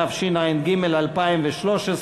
התשע"ג 2013,